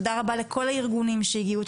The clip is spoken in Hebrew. תודה רבה לכל הארגונים שהגיעו,